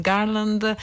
Garland